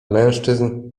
mężczyzn